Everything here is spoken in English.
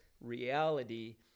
reality